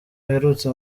aherutse